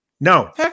No